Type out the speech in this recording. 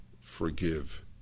forgive